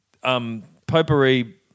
potpourri